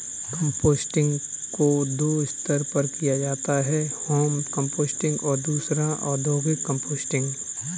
composting को दो स्तर पर किया जाता है होम कंपोस्टिंग और दूसरा औद्योगिक कंपोस्टिंग